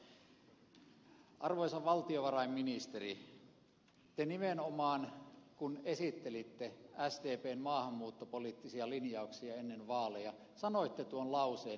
arvoisa valtiovarainministeri te nimenomaan kun esittelitte sdpn maahanmuuttopoliittisia linjauksia ennen vaaleja sanoitte tuon lauseenne maassa maan tavalla